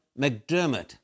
McDermott